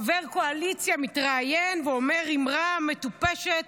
חבר קואליציה מתראיין ואומר אמירה מטופשת.